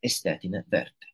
estetinę vertę